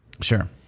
Sure